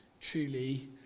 truly